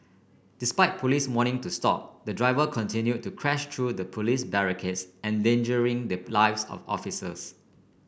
despite Police warnings to stop the driver continued to crash through Police barricades endangering the lives of the officers